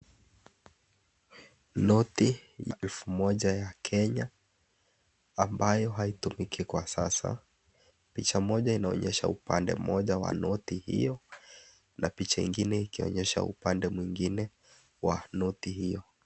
Noti ya elfu moja ya Kenya, ambayo haitumiki kwa sasa. Picha moja inaonyesha upande moja wa noti hiyo na picha ingine ikionyesha upande mwingine wa noti hiyo.